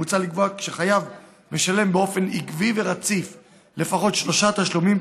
מוצע לקבוע שכשחייב משלם באופן עקבי ורציף לפחות שלושה תשלומים,